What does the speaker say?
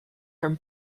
from